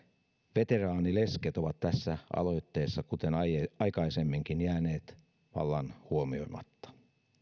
veteraanilesket ovat tässä aloitteessa kuten aikaisemminkin jääneet vallan huomioimatta